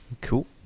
Cool